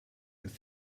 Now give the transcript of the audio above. ist